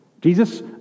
Jesus